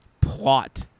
plot